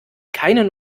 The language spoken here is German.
keinen